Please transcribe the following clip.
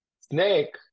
snake